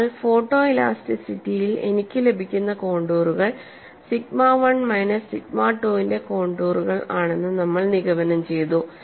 അതിനാൽ ഫോട്ടോഇലാസ്റ്റിറ്റിയിൽ എനിക്ക് ലഭിക്കുന്ന കോൺടൂറുകൾ സിഗ്മ 1 മൈനസ് സിഗ്മ 2 ന്റെ കോൺടൂറുകൾ ആണെന്ന് നമ്മൾ നിഗമനം ചെയ്തു